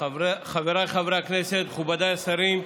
חבריי חברי הכנסת, מכובדיי השרים,